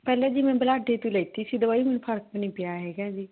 ਪਹਿਲਾਂ ਵੀ ਮੈਂ ਬੁਲਾਢੇ ਤੋਂ ਲਿੱਤੀ ਸੀ ਦਵਾਈ ਮੈਨੂੰ ਫ਼ਰਕ ਨਹੀਂ ਪਿਆ ਹੈਗਾ ਜੀ